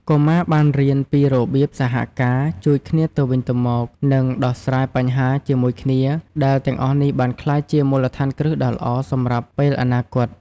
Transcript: កុមារបានរៀនពីរបៀបសហការ ជួយគ្នាទៅវិញទៅមក និងដោះស្រាយបញ្ហាជាមួយគ្នា ដែលទាំងអស់នេះបានក្លាយជាមូលដ្ឋានគ្រឹះដ៏ល្អសម្រាប់ពេលអនាគត។